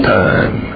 time